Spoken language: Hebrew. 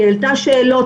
היא העלתה שאלות,